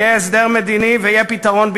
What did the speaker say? יהיה הסדר מדיני ויהיה פתרון בירושלים,